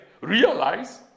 realize